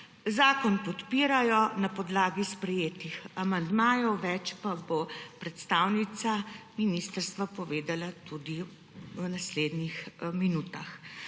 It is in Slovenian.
Zakon podpirajo na podlagi sprejetih amandmajev. Več pa bo predstavnica ministrstva povedala tudi v naslednjih minutah.